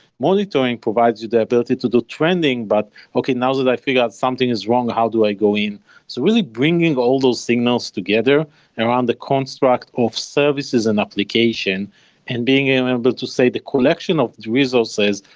monitoring provides you the ability to do trending, but okay, now that i figured something is wrong, how do i so really bringing all those signals together around the construct of services and application and being able to say, the collection of resources,